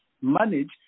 manage